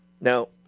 Now